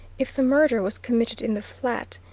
if the murder was committed in the flat,